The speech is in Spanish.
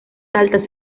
salta